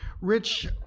Rich